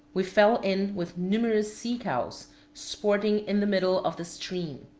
we fell in with numerous sea-cows sporting in the middle of the stream.